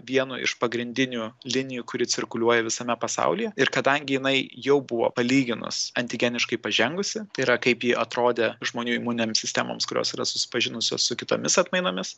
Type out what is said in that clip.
vienu iš pagrindinių linijų kuri cirkuliuoja visame pasaulyje ir kadangi jinai jau buvo palyginus antigeniškai pažengusi yra kaip ji atrodė žmonių imuninėm sistemoms kurios yra susipažinusios su kitomis atmainomis